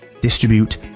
distribute